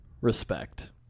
respect